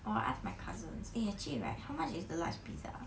or I ask my cousins eh actually right how much is the large pizza